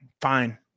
fine